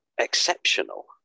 Exceptional